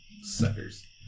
Suckers